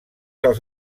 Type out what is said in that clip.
als